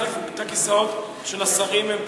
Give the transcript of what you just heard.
החליפו את הכיסאות של השרים.